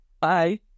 Bye